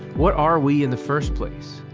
what are we in the first place?